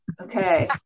Okay